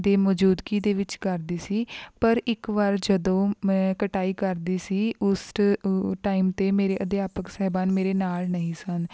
ਦੀ ਮੌਜੂਦਗੀ ਦੇ ਵਿੱਚ ਕਰਦੀ ਸੀ ਪਰ ਇੱਕ ਵਾਰ ਜਦੋਂ ਮੈਂ ਕਟਾਈ ਕਰਦੀ ਸੀ ਉਸ ਟ ਟਾਈਮ 'ਤੇ ਮੇਰੇ ਅਧਿਆਪਕ ਸਾਹਿਬਾਨ ਮੇਰੇ ਨਾਲ ਨਹੀਂ ਸਨ